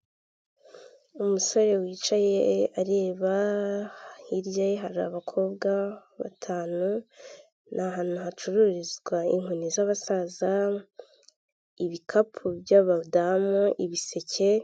Umusore wicaye areba, hirya ye hari abakobwa batanu, ni ahantu hacururizwa inkoni z'abasaza, ibikapu by'abadamu, ibiseke.